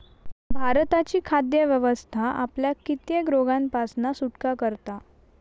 भारताची खाद्य व्यवस्था आपल्याक कित्येक रोगांपासना सुटका करता